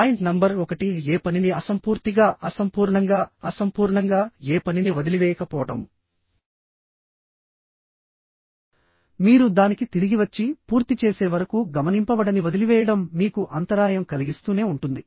point number 1ఏ పనిని అసంపూర్తిగా అసంపూర్ణంగా అసంపూర్ణంగాఏ పనిని వదిలివేయకపోవడం మీరు దానికి తిరిగి వచ్చి పూర్తి చేసే వరకు గమనింపబడని వదిలివేయడం మీకు అంతరాయం కలిగిస్తూనే ఉంటుంది